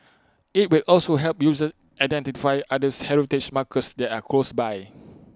IT will also help users identify others heritage markers that are close by